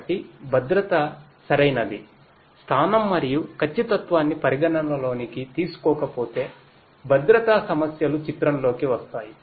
కాబట్టి భద్రతసరైనది స్థానం మరియు ఖచ్చితత్వాన్ని పరిగణనలోకి తీసుకోకపోతే భద్రతా సమస్యలు చిత్రంలోకి వస్తాయి